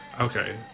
Okay